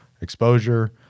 exposure